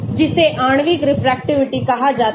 जिसे आणविक रेफ्रेक्टिविटी कहा जाता है